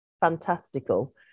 fantastical